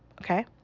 okay